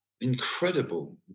Incredible